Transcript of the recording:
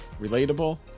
relatable